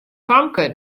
famke